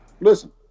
Listen